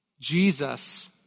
Jesus